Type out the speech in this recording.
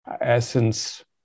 essence